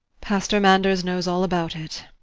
pastor manders knows all about it.